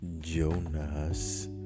Jonas